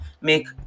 make